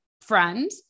friend